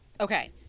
Okay